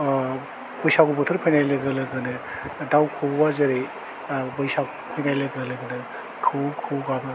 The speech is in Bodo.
ओह बैसागु बोथोर फैनाय लोगो लोगोनो दाउ खौवौवा जेरै ओह बैसाग फैनाय लोगो लोगोनो खौवौ खौवौ गाबो